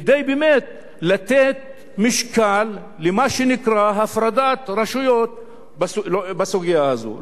כדי באמת לתת משקל למה שנקרא הפרדת רשויות בסוגיה הזאת.